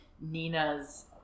Nina's